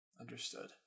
Understood